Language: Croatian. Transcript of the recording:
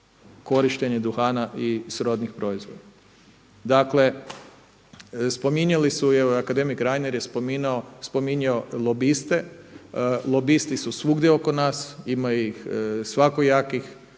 korištenja duhana i srodnih proizvoda. Dakle, spominjali su i evo akademik Reiner je spominjao lobiste, lobisti su svugdje oko nas, ima ih svakojakih.